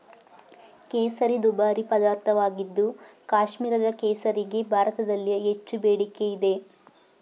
ಕೇಸರಿ ದುಬಾರಿ ಪದಾರ್ಥವಾಗಿದ್ದು ಕಾಶ್ಮೀರದ ಕೇಸರಿಗೆ ಭಾರತದಲ್ಲಿ ಹೆಚ್ಚು ಬೇಡಿಕೆ ಇದೆ